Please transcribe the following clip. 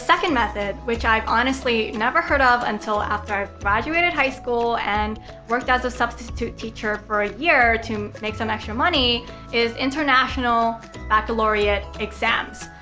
second method which i've honestly never heard of until after i've graduated high school and worked as a substitute teacher for a year to make some extra money is international baccalaureate exams.